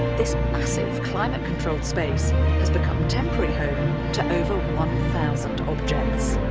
this massive climate controlled space has become temporary home to over one thousand objects,